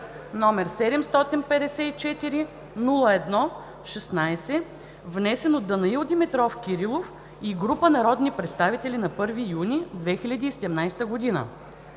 № 754-01-16, внесен от Данаил Димитров Кирилов и група народни представители на 1 юни 2017 г.